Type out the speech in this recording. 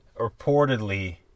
Reportedly